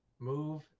move